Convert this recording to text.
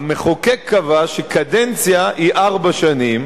המחוקק קבע שקדנציה היא ארבע שנים.